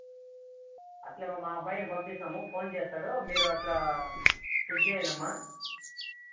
అట్లే మా అబ్బాయిని పంపిస్తాము ఫోన్ చేస్తాడు మీరు అట్లా లిఫ్ట్ చేయండమ్మా